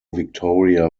victoria